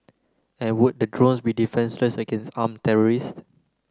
and would the drones be defenceless against armed terrorists